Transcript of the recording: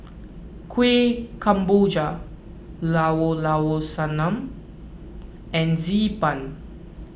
Kuih Kemboja Llao Llao Sanum and Xi Ban